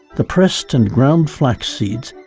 the pressed and ground flax seeds,